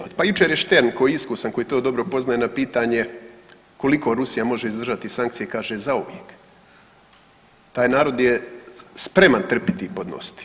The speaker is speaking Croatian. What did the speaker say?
Pa jučer je Štern koji je iskusan, koji to dobro poznaje na pitanje koliko Rusija može izdržati sankcije, kaže zauvijek, taj narod je spreman trpiti i podnositi.